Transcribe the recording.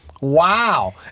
Wow